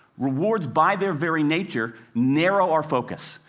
rewards, by their very nature, narrow our focus,